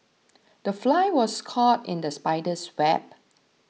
the fly was caught in the spider's web